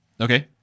Okay